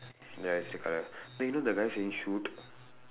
ya I circle ah then you know the guy saying shoot